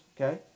okay